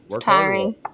Tiring